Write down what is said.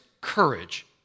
courage